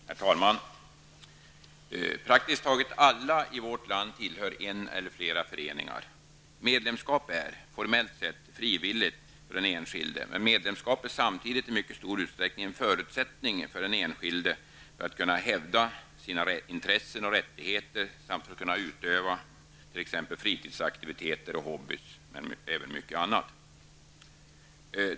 Herr talman! Praktiskt taget alla i vårt land tillhör en eller flera föreningar. Medlemskap är -- formellt sätt -- frivilligt för den enskilde, men medlemskap är samtidigt i mycket stor utsträckning en förutsättning för den enskilde för att kunna hävda sina intressen och rättigheter samt för att kunna utöva fritidsaktiviteter, hobbyverksamheter och mycket annat.